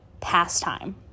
pastime